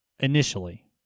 Initially